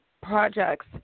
projects